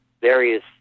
various